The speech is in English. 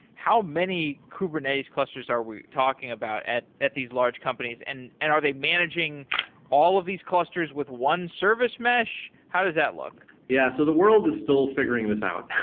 how many kubernetes clusters are we talking about at at these large companies and and are they managing all of these clusters with one service mesh? how does that look? yeah, so the the world is still figuring this out.